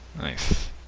Nice